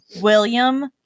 William